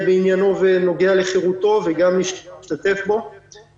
עצורים לחקירה ובביצוע פעולות חקירה כאלה